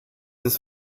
des